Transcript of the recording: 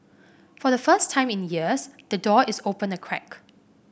for the first time in years the door is open a crack